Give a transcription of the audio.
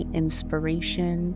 inspiration